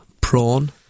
Prawn